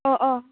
अ अ